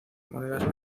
monedas